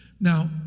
Now